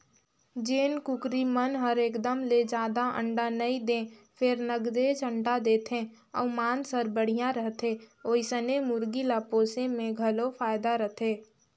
जेन कुकरी मन हर एकदम ले जादा अंडा नइ दें फेर नगदेच अंडा देथे अउ मांस हर बड़िहा रहथे ओइसने मुरगी ल पोसे में घलो फायदा रथे